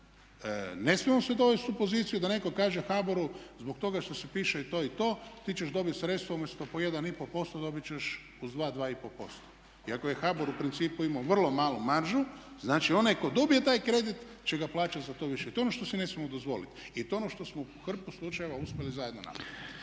ne smijemo se dovesti u poziciju da netko kaže HBOR-u zbog toga što se piše to i to, ti ćeš dobiti sredstva umjesto po 1,5%, dobit ćeš uz 2, 2,5%. Iako je HBOR u principu imao vrlo malu maržu, znači onaj ko dobije taj kredit će ga plaćati zato više. I to je ono što si ne smijemo dozvoliti i to je ono što smo u hrpu slučajeva uspjeli zajedno napraviti.